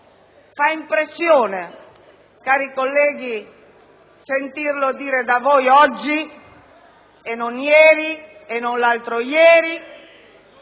Fa impressione, cari colleghi, sentirlo dire da voi oggi e non ieri e non l'altro ieri;